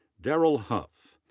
daryl huff.